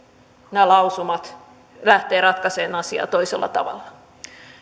nämä lausumat lähtevät ratkaisemaan asiaa toisella tavalla